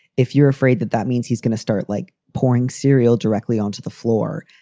if you're afraid that that means he's going to start like pouring cereal directly onto the floor.